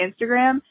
Instagram